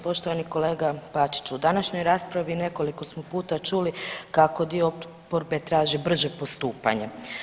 Poštovani kolega Bačiću, u današnjoj raspravi nekoliko smo puta čuli kako dio oporbe traži brže postupanje.